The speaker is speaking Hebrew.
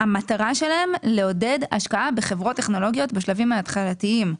המטרה שלהם לעודד השקעה בחברות טכנולוגיות בשלבים ההתחלתיים,